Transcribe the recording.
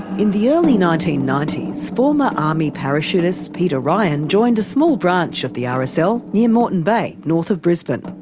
in the early nineteen ninety s former army parachutist peter ryan joined a small branch of the ah rsl near moreton bay, north of brisbane.